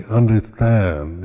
understand